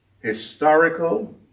historical